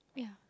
yeah